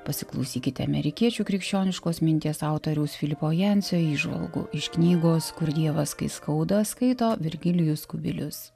pasiklausykite amerikiečių krikščioniškos minties autoriaus filipo jancio įžvalgų iš knygos kur dievas kai skauda skaito virgilijus kubilius